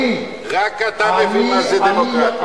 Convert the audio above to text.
רק אתה מבין מה זאת דמוקרטיה.